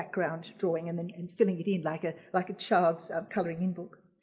background drawing and then and filling it in like a, like a child's of coloring in book.